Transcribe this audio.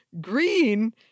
Green